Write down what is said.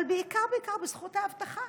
אבל בעיקר בעיקר בזכות ההבטחה.